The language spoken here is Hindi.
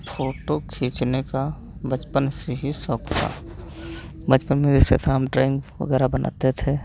फोटो खींचने का बचपन से ही सौक था बचपन में जैसे था हम ड्राइंग वगैरह बनाते थे